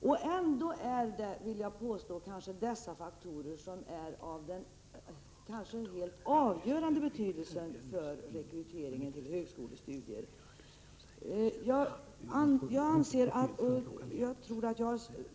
Det är ändå dessa saker som måhända är av helt avgörande betydelse för rekryteringen till högskolestudier.